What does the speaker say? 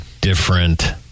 different